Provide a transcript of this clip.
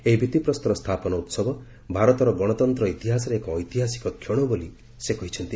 ଏହି ଭିଭିପ୍ରସ୍ତର ସ୍ଥାପନ ଉତ୍ସବ ଭାରତର ଗଣତନ୍ତ୍ର ଇତିହାସରେ ଏକ ଐତିହାସିକ କ୍ଷଣ ବୋଲି ପ୍ରଧାନମନ୍ତ୍ରୀ କହିଛନ୍ତି